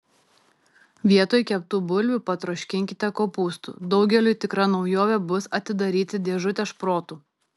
vietoj keptų bulvių patroškinkite kopūstų daugeliui tikra naujovė bus atsidaryti dėžutę šprotų